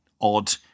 odd